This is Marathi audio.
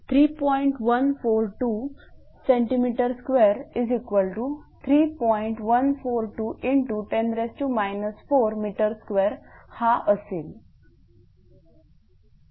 142×10 4 m2 हा असेल